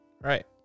Right